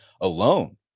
alone